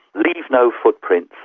leave no footprints,